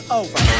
over